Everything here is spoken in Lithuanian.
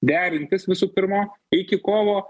derintis visų pirma iki kovo